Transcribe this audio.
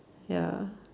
ya